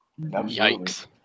Yikes